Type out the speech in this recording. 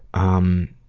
um,